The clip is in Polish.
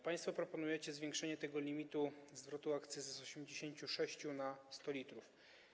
Państwo proponujecie zwiększenie tego limitu zwrotu akcyzy z 86 na 100 l.